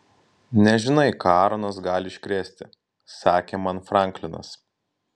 nežinai ką aaronas gali iškrėsti sakė man franklinas